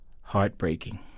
heartbreaking